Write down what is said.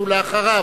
אחריו,